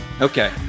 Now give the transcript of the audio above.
Okay